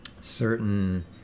certain